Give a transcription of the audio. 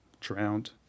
drowned